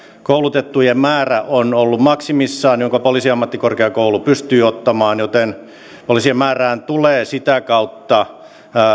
koulutettujen määrä on ollut maksimissaan jonka poliisiammattikorkeakoulu pystyy ottamaan joten poliisien määrään tulee sitä kautta